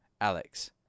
Alex